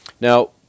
Now